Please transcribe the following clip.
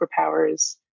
superpowers